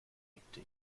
nickte